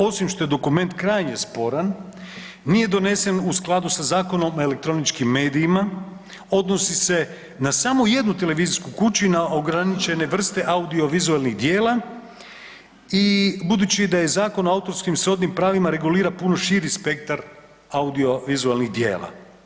Osim što je dokument krajnje sporan nije donesen u skladu sa Zakonom o elektroničkim medijima, odnosi se na samo jednu televizijsku kuću i na ograničene vrste audiovizualnih dijela i budući da i Zakon o autorskim i srodnim pravima regulira puno širi spektar audiovizualnih djela.